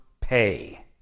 pay